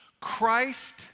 Christ